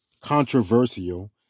Controversial